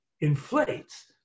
inflates